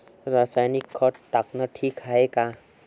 रासायनिक खत टाकनं ठीक हाये का?